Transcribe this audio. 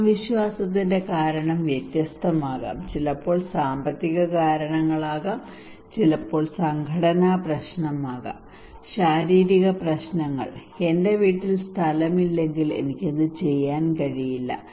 ആത്മവിശ്വാസത്തിന്റെ കാരണം വ്യത്യസ്തമാകാം ചിലപ്പോൾ സാമ്പത്തിക കാരണങ്ങളാകാം ചിലപ്പോൾ സംഘടനാ പ്രശ്നമാകാം ശാരീരിക പ്രശ്നങ്ങൾ എന്റെ വീട്ടിൽ സ്ഥലമില്ലെങ്കിൽ എനിക്ക് അത് ചെയ്യാൻ കഴിയില്ല